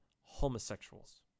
homosexuals